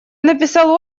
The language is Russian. написал